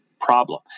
problem